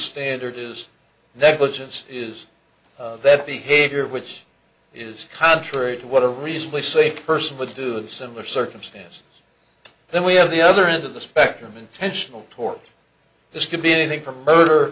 standard is negligence is that behavior which is contrary to what a reasonably sane person would do a similar circumstance then we have the other end of the spectrum intentional tort this could be anything from murder